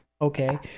okay